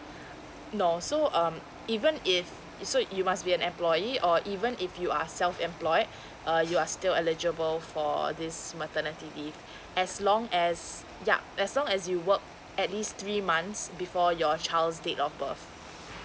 no so um even if so you must be an employee or even if you are self employed uh you are still eligible for this maternity leave as long as yeah as long as you work at least three months before your child's date of birth